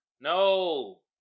No